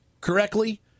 correctly